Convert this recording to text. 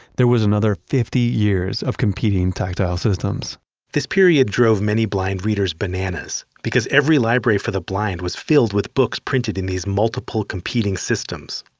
there was another fifty years of competing tactile systems this period drove many blind readers bananas, because every library for the blind was filled with books printed in these multiple, competing systems.